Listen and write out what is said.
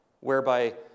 whereby